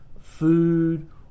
food